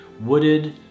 wooded